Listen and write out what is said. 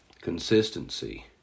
Consistency